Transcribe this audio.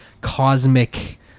cosmic